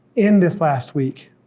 in this last week,